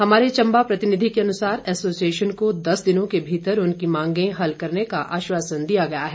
हमारे चम्बा प्रतिनिधि के अनुसार एसोसिएशन को दस दिनों के भीतर उनकी मांगे हल करने का आश्वासन दिया गया है